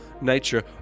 nature